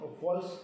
false